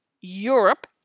Europe